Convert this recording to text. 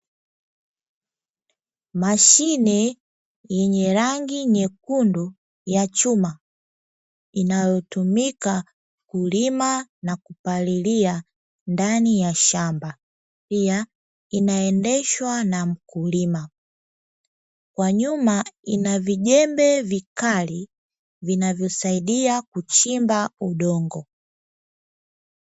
Mashine yenye rangi nyekundu ya chuma inayotumika kulima na kupalilia ndani ya shamba, pia inaendeshwa na mkulima, kwa nyuma ina vijembe vikali vinavyo saidia kuchimba udongo.